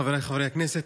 חבריי חברי הכנסת,